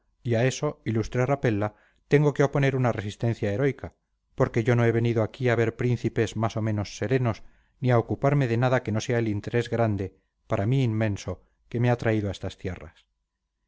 a eso ilustre rapella tengo que oponer una resistencia heroica porque yo no he venido aquí a ver príncipes más o menos serenos ni a ocuparme de nada que no sea el interés grande para mí inmenso que me ha traído a estas tierras